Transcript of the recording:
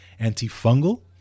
antifungal